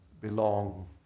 belong